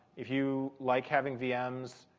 if you like having vms,